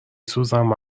سوزم